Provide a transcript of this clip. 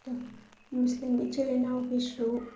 ꯑꯗꯣ ꯃꯨꯁꯂꯤꯝ ꯏꯆꯤꯟ ꯏꯅꯥꯎꯒꯤꯁꯨ